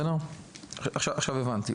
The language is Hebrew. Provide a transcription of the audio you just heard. עכשיו הבנתי,